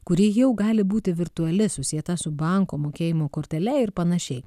kuri jau gali būti virtuali susieta su banko mokėjimo kortele ir panašiai